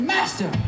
Master